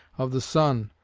of the sun,